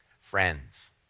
friends